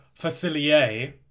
Facilier